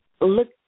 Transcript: look